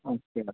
اچھا